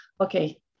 okay